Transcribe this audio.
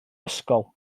ysgol